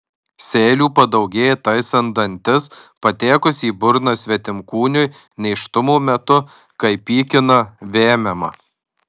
seilių padaugėja taisant dantis patekus į burną svetimkūniui nėštumo metu kai pykina vemiama